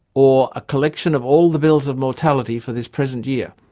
or, a collection of all the bills of mortality for this present year,